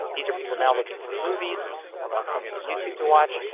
these are people now looking for movies or black films on youtube to watch.